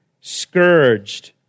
scourged